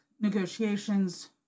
negotiations